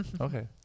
Okay